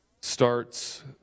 starts